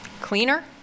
cleaner